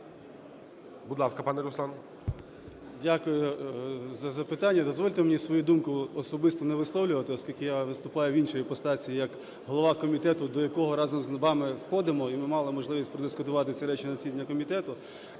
Дякую за запитання. Дозвольте мені свою думку особисто не висловлювати, оскільки я виступаю в іншій іпостасі, як голова комітету, до якого разом з вами входимо, і ми мали можливість подискутувати ці речі на засіданні комітету.